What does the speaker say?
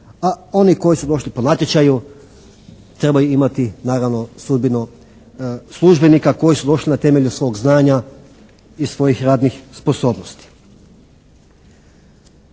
a oni koji su došli po natječaju trebaju imati naravno sudbinu službenika koji su došli na temelju svog znanja i svojih radnih sposobnosti.